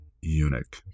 eunuch